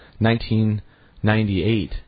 1998